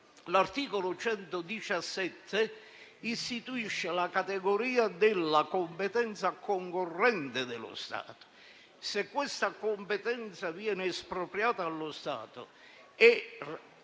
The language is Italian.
l'articolo 117 istituisce la categoria della competenza concorrente dello Stato. Se questa competenza viene espropriata allo Stato